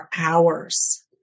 hours